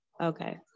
Okay